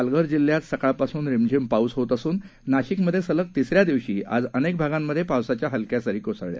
पालघर जिल्ह्यात सकाळपासून रिमझिम पाऊस होत असून नाशिकमध्ये सलग तिसऱ्या दिवशी आज अनेक भागात पावसाच्या हलक्या सरी कोसळल्या